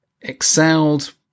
excelled